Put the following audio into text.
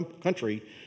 country